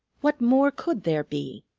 what more could there be?